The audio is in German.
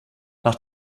nach